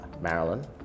Marilyn